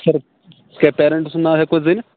سَر کیٛاہ پیریٚنٛٹ سُنٛد ناو ہیٚکوٕ حظ ؤنِتھ